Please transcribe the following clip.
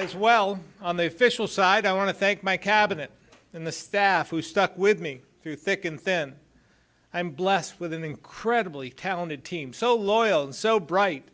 as well on the official side i want to thank my cabinet in the staff who stuck with me through thick and thin i'm blessed with an incredibly talented team so loyal and so bright